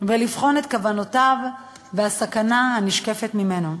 ולבחון את כוונותיו ואת הסכנה הנשקפת ממנו.